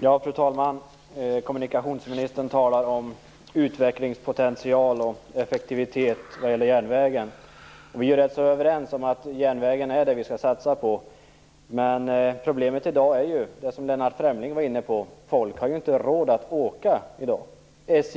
Fru talman! Kommunikationsministern talar om utvecklingspotential och effektivitet vad gäller järnvägen. Vi är ganska överens om att vi skall satsa på järnvägen. Men problemet i dag är ju att folk inte har råd att åka, precis som Lennart Fremling var inne